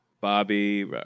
Bobby